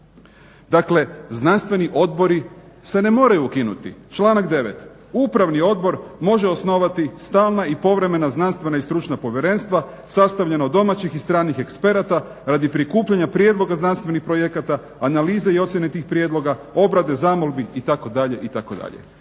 Dakle znanstveni odbori se ne moraju ukinuti. Članak 9. Upravni odbor može osnovati stalna i povremena znanstvena i stručna povjerenstva sastavljena od domaćih i stranih eksperata radi prikupljanja prijedloga znanstvenih projekata, analize i ocjene tih prijedloga, obrade, zamolbi itd., itd.